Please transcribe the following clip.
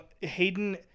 Hayden